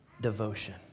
devotion